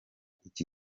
iki